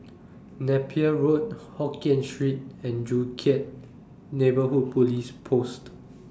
Napier Road Hokien Street and Joo Chiat Neighbourhood Police Post